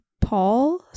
Paul